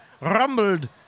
Rumbled